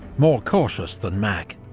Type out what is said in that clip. more cautious than mack.